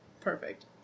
perfect